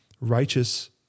righteous